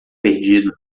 perdido